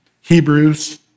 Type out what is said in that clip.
Hebrews